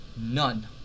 none